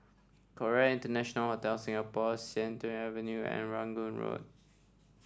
Conrad International Hotel Singapore Sian Tuan Avenue and Rangoon Road